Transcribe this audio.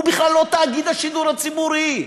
הוא בכלל לא תאגיד השידור הציבורי,